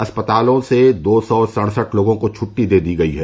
अस्पतालों से दो सौ सड़सठ लोगों को छुट्टी दे दी गई है